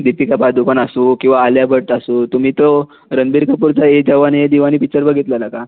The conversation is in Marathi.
दीपिका पादुकोन असो किवा आलिया भट असो तुम्ही तो रणबीर कपूरचा ए जवानी ए दिवानी पिक्चर बघितलेला का